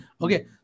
Okay